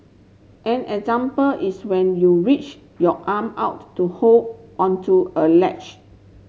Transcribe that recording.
an example is when you reach your arm out to hold onto a ledge